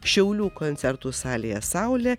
šiaulių koncertų salėje saulė